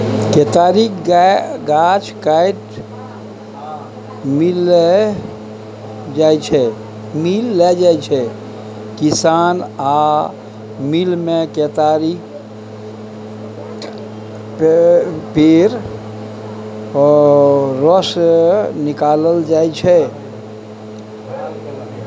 केतारीक गाछ काटि मिल लए जाइ छै किसान आ मिलमे केतारी पेर रस निकालल जाइ छै